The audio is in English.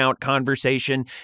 conversation